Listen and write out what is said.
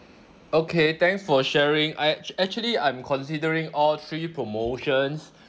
okay thanks for sharing I actually I'm considering all three promotions